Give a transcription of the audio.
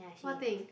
what thing